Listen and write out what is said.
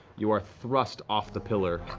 you are thrust off the pillar,